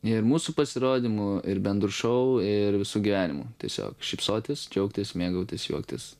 ir mūsų pasirodymu ir bendru šou ir visu gyvenimu tiesiog šypsotis džiaugtis mėgautis juoktis